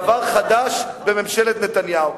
דבר חדש בממשלת נתניהו.